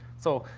so,